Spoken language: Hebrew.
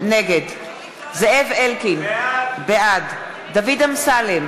נגד זאב אלקין, בעד דוד אמסלם,